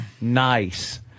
nice